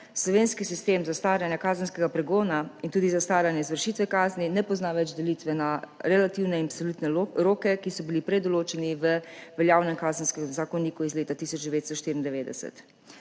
slovenski sistem zastaranja kazenskega pregona in tudi zastaranje izvršitve kazni ne pozna več delitve na relativne in absolutne roke, ki so bili prej določeni v veljavnem Kazenskem zakoniku iz leta 1994.